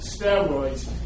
steroids